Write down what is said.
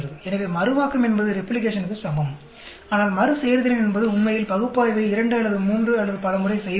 எனவே மறுவாக்கம் என்பது ரெப்ளிகேஷனுக்குச் சமம் ஆனால் மறுசெயற்திறன் என்பது உண்மையில் பகுப்பாய்வை இரண்டு அல்லது மூன்று அல்லது பல முறை செய்வது